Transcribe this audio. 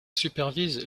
supervise